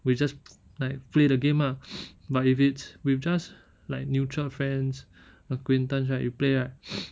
we just like play the game lah but if it's with just like neutral friends acquaintance right you play right